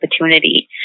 opportunity